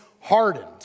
hardened